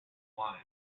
line